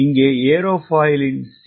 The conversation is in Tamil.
இங்கே ஏரோஃபாயிலின் சி